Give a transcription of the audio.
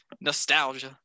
nostalgia